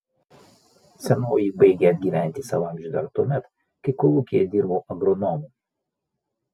senoji baigė atgyventi savo amžių dar tuomet kai kolūkyje dirbau agronomu